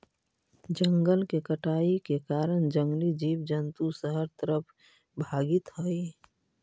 जंगल के कटाई के कारण जंगली जीव जंतु शहर तरफ भागित हइ